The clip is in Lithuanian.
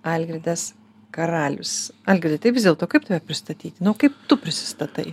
algirdas karalius algirdai tai vis dėlto kaip tave pristatyti nu kaip tu prisistatai